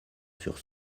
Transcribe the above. sur